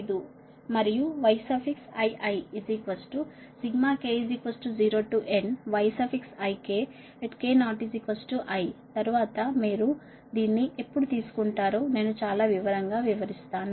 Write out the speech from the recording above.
మరియు Yiik0nyikki తరువాత మీరు దీన్ని ఎప్పుడు తీసుకుంటారో నేను చాలా వివరంగా వివరిస్తాను